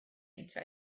into